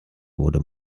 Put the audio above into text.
wurde